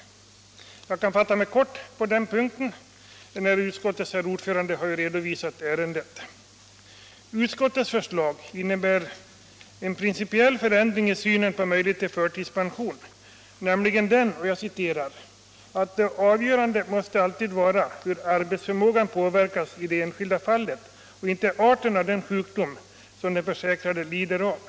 Jag kan fatta mig kort på den punkten, enär utskottets herr ordförande redan har redovisat ärendet. Utskottets förslag — jag citerar ur utskottsbetänkandet — innebär en principiell förändring i synen på möjligheterna till förtidspension, nämligen: ”Det avgörande - Nr 45 måste alltid vara hur arbetsförmågan påverkas i det enskilda fallet och Tisdagen den inte arten av den sjukdom som den försäkrade lider av.